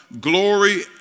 glory